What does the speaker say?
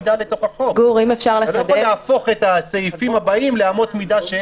אי-אפשר להפוך את הסעיפים הבאים לאמות המידה.